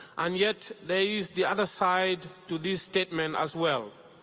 and yet there is the other side to this statement, as well.